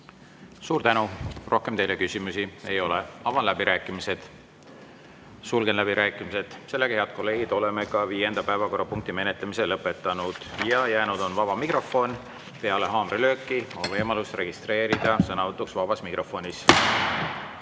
Suur tänu! Rohkem teile küsimusi ei ole. Avan läbirääkimised. Sulgen läbirääkimised. Head kolleegid, oleme viienda päevakorrapunkti menetlemise lõpetanud. Jäänud on vaba mikrofon. Peale haamrilööki on võimalus registreeruda sõnavõtuks vabas mikrofonis.